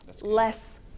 less